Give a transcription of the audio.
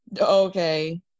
Okay